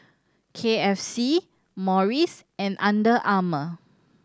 K F C Morries and Under Armour